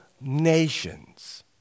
nations